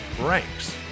ranks